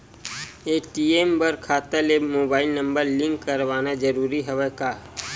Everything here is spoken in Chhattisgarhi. ए.टी.एम बर खाता ले मुबाइल नम्बर लिंक करवाना ज़रूरी हवय का?